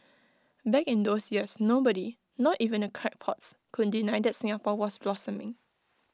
back in those years nobody not even the crackpots could deny that Singapore was blossoming